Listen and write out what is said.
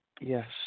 Yes